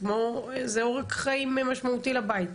זה עורק חיים משמעותי לבית.